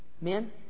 men